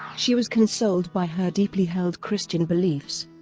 she was consoled by her deeply held christian beliefs.